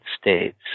states